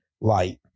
light